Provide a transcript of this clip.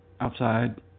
outside